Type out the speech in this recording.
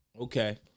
Okay